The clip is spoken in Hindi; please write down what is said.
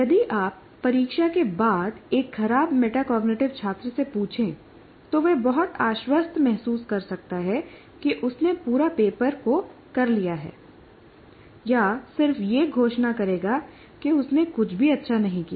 यदि आप परीक्षा के बाद एक खराब मेटाकॉग्निटिव छात्र से पूछें तो वह बहुत आश्वस्त महसूस कर सकता है कि उसने पूरे पेपर को कर लिया है या सिर्फ यह घोषणा करेगा कि उसने कुछ भी अच्छा नहीं किया